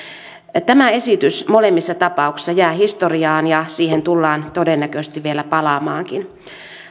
tämä esitys molemmissa tapauksissa jää historiaan ja siihen tullaan todennäköisesti vielä palaamaankin